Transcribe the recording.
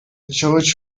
church